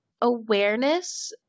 awareness